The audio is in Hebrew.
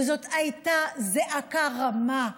וזאת הייתה זעקה רמה,